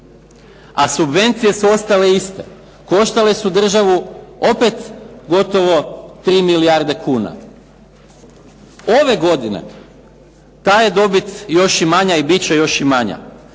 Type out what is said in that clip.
a subvencije su ostale iste. Koštale su državu opet gotovo 3 milijarde kuna. Ove godine ta je dobit još i manja i bit će još i manja.